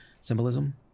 symbolism